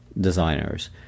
designers